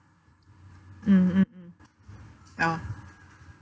mm mm mm orh